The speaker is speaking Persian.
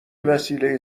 وسیله